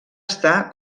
està